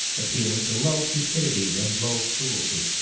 appealing to low cupidity and low cruelty.